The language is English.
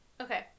Okay